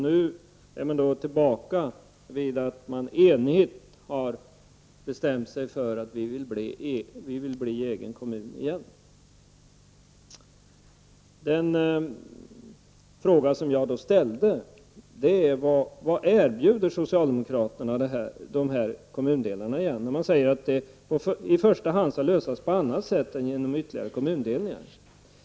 Nu är man tillbaka vid att man enhälligt uttalat att man vill bli en egen kommun igen. Den fråga som jag ställde var: Vad erbjuder socialdemokraterna egentligen de kommundelarna? Man säger att det i första hand skall lösas på annat sätt än genom ytterligare kommundelning.